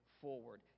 forward